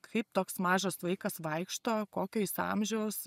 kaip toks mažas vaikas vaikšto kokio jis amžiaus